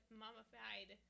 mummified